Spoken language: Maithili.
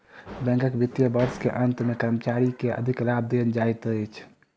बैंकक वित्तीय वर्ष के अंत मे कर्मचारी के अधिलाभ देल जाइत अछि